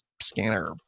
scanner